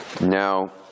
Now